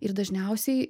ir dažniausiai